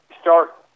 start